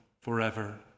forever